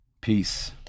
peace